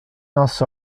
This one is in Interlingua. nos